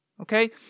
Okay